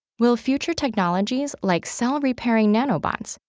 will future technologies, like cell-repairing nanobots,